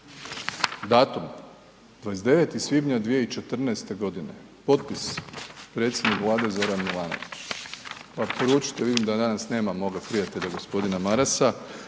Datum 29. svibnja 2014. g., potpis predsjednik Vlade Zoran Milanović pa poručite, vidim da danas nema moga prijatelja g. Marasa